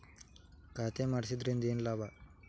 ಖಾತೆ ಮಾಡಿಸಿದ್ದರಿಂದ ಏನು ಲಾಭ?